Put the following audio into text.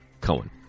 Cohen